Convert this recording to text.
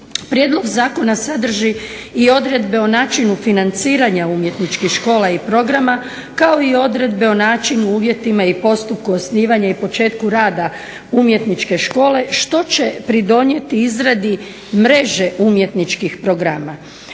Prijedlog zakona sadrži i odredbe o načinu financiranja umjetničkih škola i programa kao i odredbe o načinu, uvjetima i postupku osnivanja i početku rada Umjetničke škole što će pridonijeti izradi Mreže umjetničkih programa.